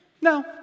No